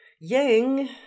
Yang